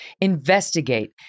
Investigate